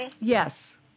Yes